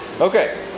Okay